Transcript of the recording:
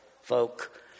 folk